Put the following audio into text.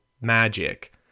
magic